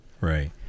Right